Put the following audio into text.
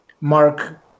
Mark